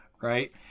right